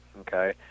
okay